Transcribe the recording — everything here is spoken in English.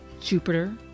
Jupiter